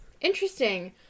Interesting